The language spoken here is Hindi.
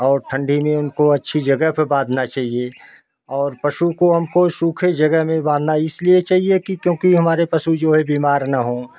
और ठंडी में उनको अच्छी जगह पर बांधना चाहिए और पशु को हमको सूखे जगह में बांधना इसलिए चाहिए कि क्योंकि हमारे पशु जो है बीमार न हो